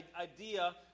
idea